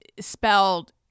spelled